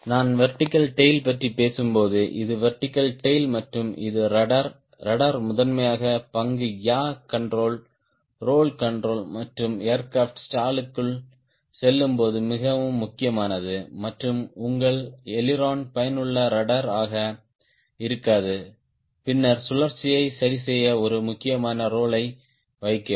நான் vertical tail பற்றி பேசும்போது இது வெர்டிகல் டேய்ல் மற்றும் இது ரட்ட்ர் ரட்ட்ர் முதன்மையான பங்கு யா கண்ட்ரோல் ரோல் கண்ட்ரோல் மற்றும் ஏர்கிராப்ட் ஸ்டாலுக்குள் செல்லும்போது மிகவும் முக்கியமானது மற்றும் உங்கள் அய்லிரோன் பயனுள்ள ரட்ட்ர் ஆக இருக்காது பின்னர் சுழற்சியை சரிசெய்ய ஒரு முக்கியமான ரோலை வைக்கவும்